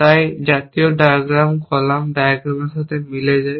তাই এই জাতীয় ডায়াগ্রাম কলাম ডায়াগ্রামের সাথে মিলে যায়